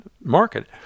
market